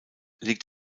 liegt